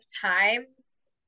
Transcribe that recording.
times